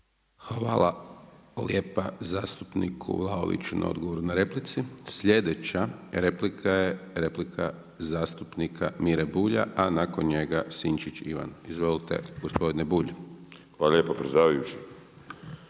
Hvala lijepa zastupniku Vlaoviću na odgovoru na replici. Sljedeća replika je replika zastupnika Mire Bulja, a nakon njega Sinčić Ivan. Izvolite gospodine Bulj. **Bulj, Miro